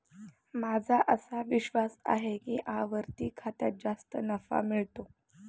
माझा असा विश्वास आहे की आवर्ती खात्यात जास्त नफा मिळतो